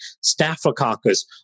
Staphylococcus